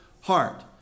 heart